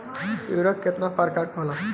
उर्वरक केतना प्रकार के होला?